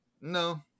No